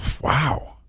wow